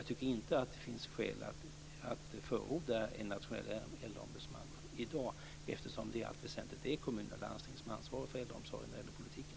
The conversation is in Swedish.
Jag tycker inte att det finns skäl att förorda en nationell äldreombudsman i dag, eftersom det i allt väsentligt är kommuner och landsting som ansvarar för äldreomsorgen vad gäller politiken.